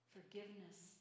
Forgiveness